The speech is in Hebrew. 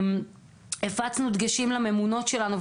הפצנו דגשים לממונות שלנו,